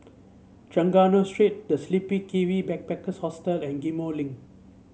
Trengganu Street The Sleepy Kiwi Backpackers Hostel and Ghim Moh Link